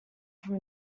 from